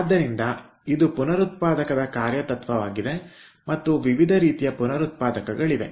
ಆದ್ದರಿಂದ ಇದು ಪುನರುತ್ಪಾದಕದ ಕಾರ್ಯತತ್ತ್ವವಾಗಿದೆ ಮತ್ತು ವಿವಿಧ ರೀತಿಯ ಪುನರುತ್ಪಾದಕಗಳಿವೆ